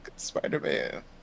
spider-man